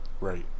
Right